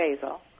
basil